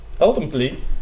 ultimately